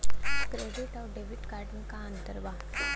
Credit अउरो debit card मे का अन्तर बा?